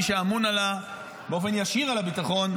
מי שאמון באופן ישיר על הביטחון,